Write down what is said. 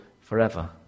forever